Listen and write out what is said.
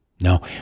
No